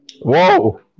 Whoa